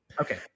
Okay